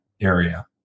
area